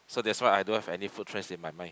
so that's why I don't have any food trends in my mind